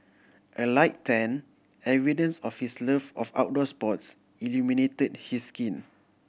a light tan evidence of his love of outdoor sports illuminated his skin